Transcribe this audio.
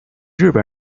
日本